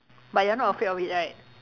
but you're not afraid of it right